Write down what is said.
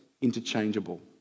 interchangeable